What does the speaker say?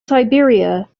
siberia